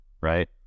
right